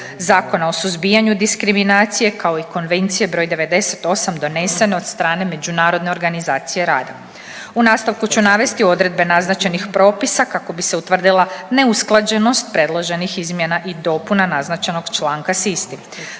Zakona o suzbijanju diskriminacije, kao i Konvencije br. 98. donesene od strane Međunarodne organizacije rada. U nastavku ću navesti odredbe naznačenih propisa kako bi se utvrdila neusklađenost predloženih izmjena i dopuna naznačenog članka s istim.